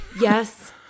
yes